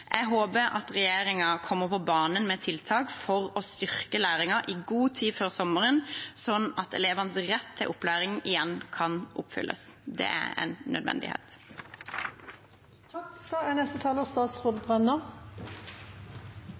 Jeg håper at regjeringen kommer på banen med tiltak for å styrke læringen i god tid før sommeren, slik at elevenes rett til opplæring igjen kan oppfylles. Det er en